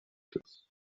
cyclists